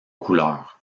couleur